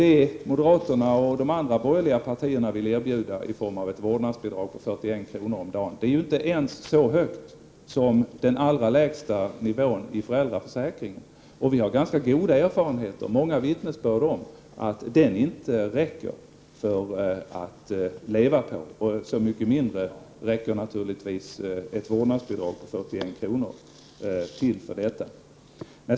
Det moderaterna och de andra borgerliga partierna vill erbjuda i form av ett vårdnadsbidrag på 41 kr. om dagen är inte ens så högt som den allra lägsta nivån i föräldraförsäkringen. Vi har ganska god erfarenhet och många vittnesbörd om att den inte räcker att leva på. Så mycket mindre räcker naturligtvis ett vårdnadsbidrag på 41 kr. till för detta.